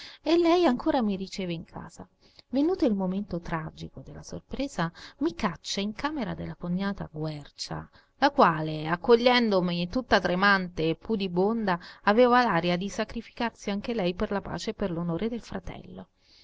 e lei allora mi riceve in casa venuto il momento tragico della sorpresa mi caccia in camera della cognata guercia la quale accogliendomi tutta tremante e pudibonda aveva l'aria di sacrificarsi anche lei per la pace e per l'onore del fratello